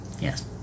Yes